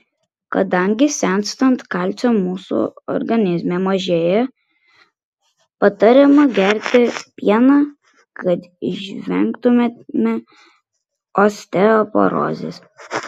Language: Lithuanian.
kadangi senstant kalcio mūsų organizme mažėja patariama gerti pieną kad išvengtumėme osteoporozės